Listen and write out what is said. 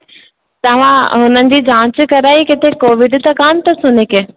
तव्हां हुन जी जांच कराई किथे कोविड त कान अथसि हुनखे